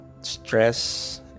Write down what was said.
stress